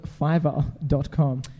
Fiverr.com